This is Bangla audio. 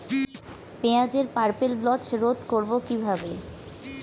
পেঁয়াজের পার্পেল ব্লচ রোধ করবো কিভাবে?